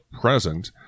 present